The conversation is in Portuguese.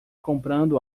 comprando